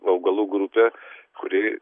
augalų grupę kuri